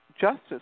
justice